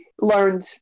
learned